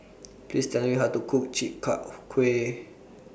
Please Tell Me How to Cook Chi Kak Kuih